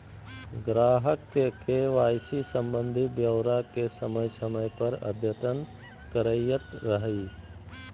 ग्राहक के के.वाई.सी संबंधी ब्योरा के समय समय पर अद्यतन करैयत रहइ